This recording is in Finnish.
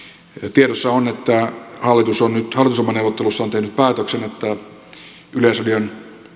tiedossa on että hallitus on nyt hallitusohjelmaneuvotteluissaan tehnyt päätöksen että yleisradion